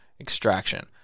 extraction